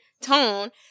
tone